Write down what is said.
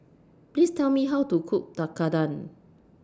Please Tell Me How to Cook Tekkadon